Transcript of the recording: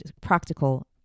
practical